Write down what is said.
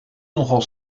nogal